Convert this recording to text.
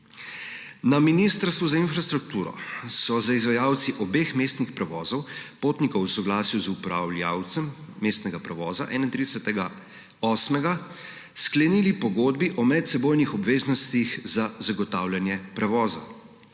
Na Ministrstvu za infrastrukturo so z izvajalci obeh mestnih prevozov potnikov v soglasju z upravljalcem mestnega prevoza 31. 8. sklenili pogodbi o medsebojnih obveznostih za zagotavljanja prevoza.